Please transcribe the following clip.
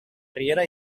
riera